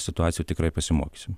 situacijų tikrai pasimokysim